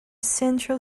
central